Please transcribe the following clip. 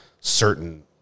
certain